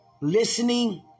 Listening